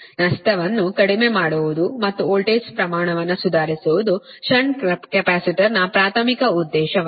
ನಷ್ಟವನ್ನು ಕಡಿಮೆ ಮಾಡುವುದು ಮತ್ತು ವೋಲ್ಟೇಜ್ ಪ್ರಮಾಣವನ್ನು ಸುಧಾರಿಸುವುದು ಷಂಟ್ ಕೆಪಾಸಿಟರ್ನ ಪ್ರಾಥಮಿಕ ಉದ್ದೇಶ ವಾಗಿದೆ